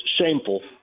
shameful